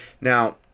Now